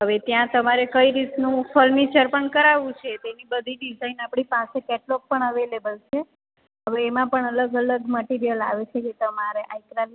હવે ત્યાં તમારે કઈ રીતનું ફર્નિચર પણ કરાવવું છે તેની બધી ડિઝાઈન આપણી પાસે કેટલૉગ પણ અવેલેબલ છે હવે એમાં પણ અલગ અલગ મટિરિયલ આવે છે જે તમારે આઈક્રાલિક